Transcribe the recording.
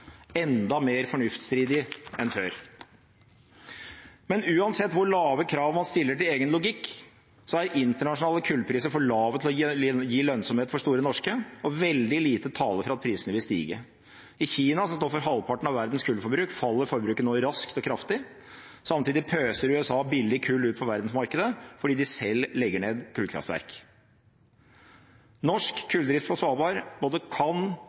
enda mer fornuftsstridig enn før. Men uansett hvor lave krav man stiller til egen logikk, er internasjonale kullpriser for lave til å gi lønnsomhet for Store Norske, og veldig lite taler for at prisene vil stige. I Kina, som står for halvparten av verdens kullforbruk, faller forbruket nå raskt og kraftig. Samtidig pøser USA billig kull ut på verdensmarkedet, fordi de selv legger ned kullkraftverk. Norsk kulldrift på Svalbard både kan,